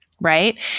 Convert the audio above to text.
right